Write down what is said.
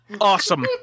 Awesome